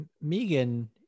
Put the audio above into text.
Megan